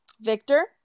Victor